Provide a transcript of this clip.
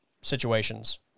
situations